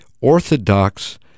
orthodox